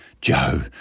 Joe